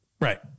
Right